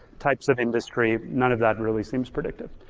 types of industry none of that really seems predictive.